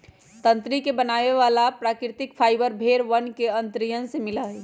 तंत्री के बनावे वाला प्राकृतिक फाइबर भेड़ वन के अंतड़ियन से मिला हई